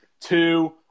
Two